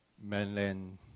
mainland